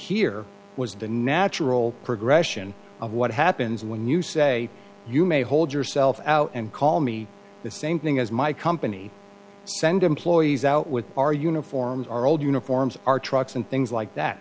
here was the natural progression of what happens when you say you may hold yourself out and call me the same thing as my company send employees out with our uniforms our old uniforms our trucks and things like that